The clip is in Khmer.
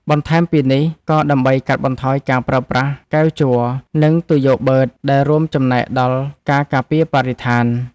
បន្ថែមពីនេះ ក៏ដើម្បីកាត់បន្ថយការប្រើប្រាស់កែវជ័រ និងទុយោបឺត ដែលរួមចំណែកដល់ការការពារបរិស្ថាន។